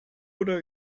oder